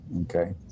okay